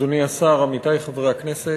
תודה לך, אדוני השר, עמיתי חברי הכנסת,